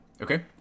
Okay